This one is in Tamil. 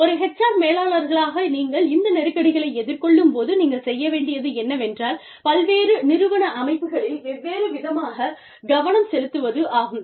ஒரு HR மேலாளர்களாக நீங்கள் இந்த நெருக்கடிகளை எதிர்கொள்ளும் போது நீங்கள் செய்ய வேண்டியது என்னவென்றால் பல்வேறு நிறுவன அமைப்புகளில் வெவ்வேறு விதமாகக் கவனம் செலுத்துவதாகும்